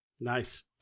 Nice